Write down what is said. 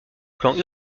plan